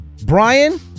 Brian